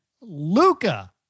Luca